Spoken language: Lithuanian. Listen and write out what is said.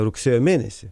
rugsėjo mėnesį